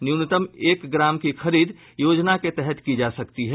न्यूनतम एक ग्राम की खरीद योजना के तहत की जा सकती है